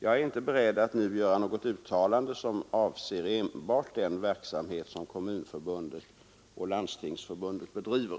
Jag är inte beredd att nu göra något uttalande som avser enbart den verksamhet som Kommunförbundet och Landstingsförbundet bedriver.